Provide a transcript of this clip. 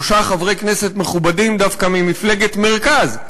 חברי כנסת מכובדים דווקא ממפלגת מרכז,